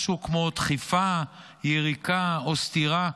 משהו כמו דחיפה, יריקה או סטירה,